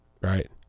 Right